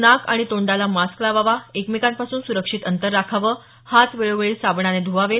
नाक आणि तोंडाला मास्क लावावा एकमेकांपासून सुरक्षित अंतर राखावं हात वेळोवेळी साबणाने धुवावेत